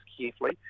carefully